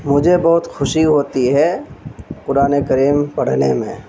مجھے بہت خوشی ہوتی ہے قرآن کریم پڑھنے میں